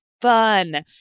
fun